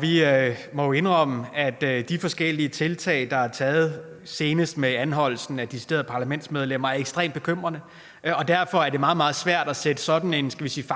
Vi må jo indrømme, at de forskellige tiltag, der er taget, senest med anholdelsen af deciderede parlamentsmedlemmer, er ekstremt bekymrende, og derfor er det meget, meget svært at sætte sådan en – hvad skal vi sige –